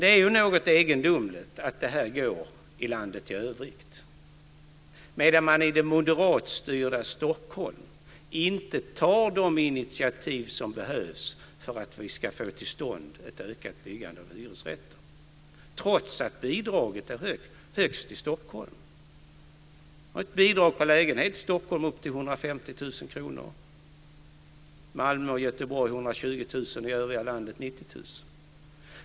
Det är något egendomligt att detta går i landet i övrigt, medan man i det moderatstyrda Stockholm inte tar de initiativ som behövs för att vi ska få till stånd ett ökat byggande av hyresrätter, trots att bidraget är högst i Stockholm. Vi har ett bidrag per lägenhet i Stockholm på upp till 150 000 kr. I Malmö och Göteborg är det 120 000, i övriga landet 90 000.